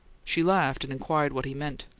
she laughed and inquired what he meant.